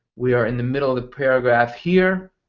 we are in the middle of the paragraph here.